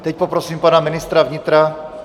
Teď poprosím pana ministra vnitra.